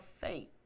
faith